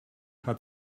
hat